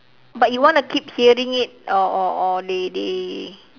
but you wanna keep hearing it or or or they they